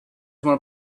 wanna